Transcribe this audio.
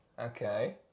Okay